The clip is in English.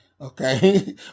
Okay